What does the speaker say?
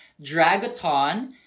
Dragaton